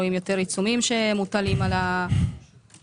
רואים יותר עיצומים שמוטלים על החברות.